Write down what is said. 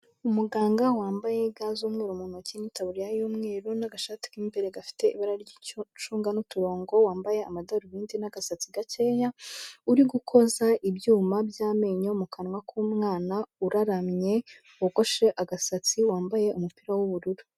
Umuganga wambaye ga z'umweru mu ntoki n'itaburiya y'umweru n'agashati k'imbere gafite ibara ry'icunga n'uturongo, wambaye amadarubindi n'agasatsi gakeya, uri gukoza ibyuma by'amenyo mu kanwa k'umwana uraramye, wogoshe agasatsi wambaye umupira w'ubururu.